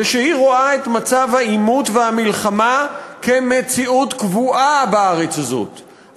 שהיא רואה את מצב העימות והמלחמה כמציאות קבועה בארץ הזאת.